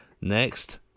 next